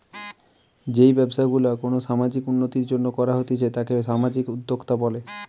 যেই ব্যবসা গুলা কোনো সামাজিক উন্নতির জন্য করা হতিছে তাকে সামাজিক উদ্যোক্তা বলে